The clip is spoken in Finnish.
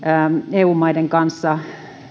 eu maiden kanssa